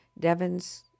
Devon's